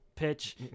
pitch